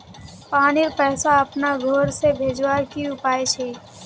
पानीर पैसा अपना घोर से भेजवार की उपाय छे?